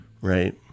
right